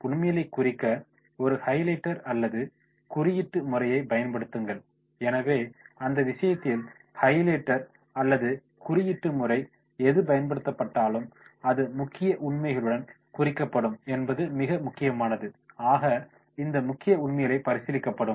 உண்மைகளைக் குறிக்க ஒரு ஹைலைட்டர் அல்லது குறியீட்டு முறையைப் பயன்படுத்துங்கள் எனவே அந்த விஷயத்தில் ஹைலைட்டர் அல்லது குறியீட்டு முறை எது பயன்படுத்தப்பட்டாலும் அது முக்கிய உண்மைகளுடன் குறிக்கப்படும் என்பது மிக முக்கியமானது ஆக இந்த முக்கிய உண்மைகள் பரிசீலிக்கப்படும்